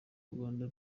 uganda